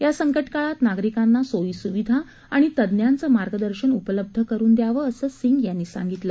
या संकटकाळात नागरिकांना सोयी स्विधा आणि तज्ञांचं मार्गदर्शन उपलब्ध करुन दयावं असं सिंग यांनी सांगितलं